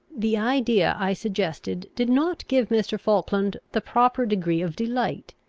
the idea i suggested did not give mr. falkland the proper degree of delight.